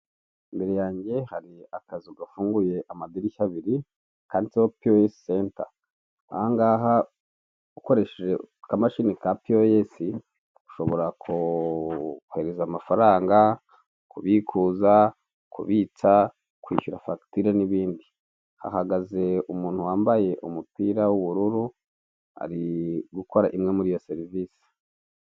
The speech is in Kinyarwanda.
Ni imitako ikorwa n'abanyabugeni, imanitse ku rukuta rw'umukara ubusanzwe ibi byifashishwa mu kubitaka mu mazu, yaba ayo mu ngo ndetse n'ahatangirwamo serivisi.